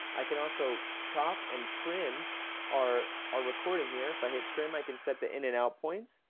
i can also chop and trim our our recording here. if i hit trim i can set the in and out points,